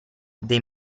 dei